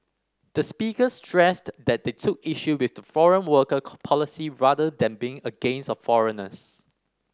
the speakers stressed that they took issue with the foreign worker policy rather than being against of foreigners